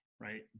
right